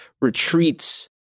retreats